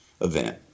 event